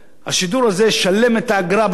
במקום השידור הזה "שלם את האגרה בזמן",